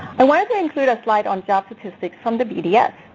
i want to include a slide on job statistics from the bds.